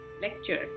lecture